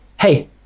hey